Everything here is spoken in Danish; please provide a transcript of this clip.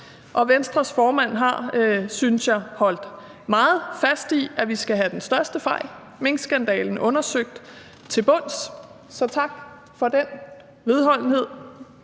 Venstres formand har, synes jeg, holdt meget fast i, at vi skal have den største fejl, minkskandalen, undersøgt til bunds, så tak for den vedholdenhed.